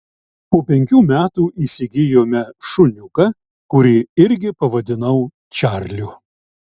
po penkių metų įsigijome šuniuką kurį irgi pavadinau čarliu